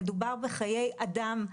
מדובר בחיי אדם.